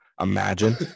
imagine